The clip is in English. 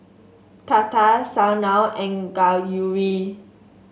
Tata Sanal and Gauri